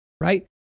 right